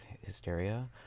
Hysteria